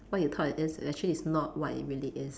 what you thought it is is actually is not what it really is